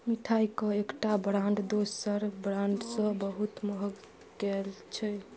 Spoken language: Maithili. मिठाइके एकटा ब्राण्ड दोसर ब्राण्डसँ बहुत महग किएक छै